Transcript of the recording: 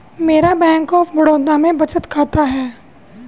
मेरा बैंक ऑफ बड़ौदा में बचत खाता है